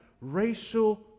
racial